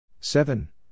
Seven